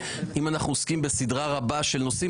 אם אנחנו עוסקים בסדרה רבה של נושאים,